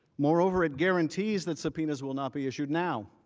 moreover, it guarantees that subpoenas will not be issued now